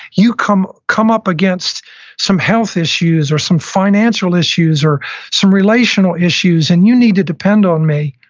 you come come up against some health issues or some financial issues or some relational issues and you need to depend on me.